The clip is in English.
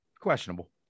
Questionable